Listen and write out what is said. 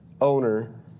owner